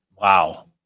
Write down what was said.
Wow